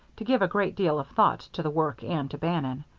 to give a great deal of thought to the work and to bannon.